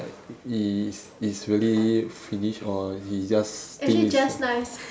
like i~ it's it's really finished or it's just